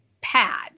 pad